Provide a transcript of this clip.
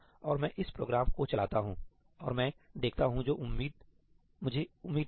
और मैं इस प्रोग्राम को चलाता हूं और मैं देखता हूं जो मुझे उम्मीद थी